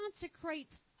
consecrates